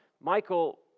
Michael